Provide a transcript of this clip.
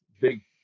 big